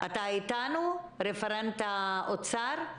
רפרנט האוצר,